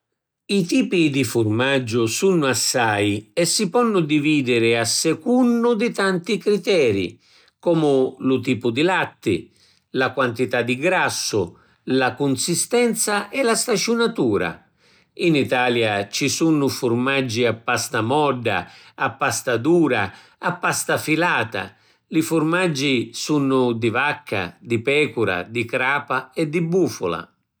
I tipi di furmaggiu sunnu assai e si ponnu dividiri a secunnu di tanti criteri, cumu lu tipu di latti, la quantità di grassu, la cunsistenza e la staciunatura. In Italia ci sunnu furmaggi a pasta modda, a pasta dura, a pasta filata. Li furmaggi sunnu di vacca, di pecura, di crapa e di bufula.